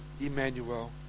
Emmanuel